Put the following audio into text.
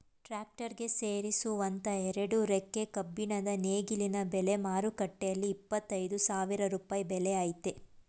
tractor ಗೆ ಸೇರಿಸುವಂತ ಎರಡು ರೆಕ್ಕೆ ಕಬ್ಬಿಣದ ನೇಗಿಲಿನ ಬೆಲೆ ಮಾರುಕಟ್ಟೆಲಿ ಇಪ್ಪತ್ತ ಐದು ಸಾವಿರ ರೂಪಾಯಿ ಬೆಲೆ ಆಯ್ತೆ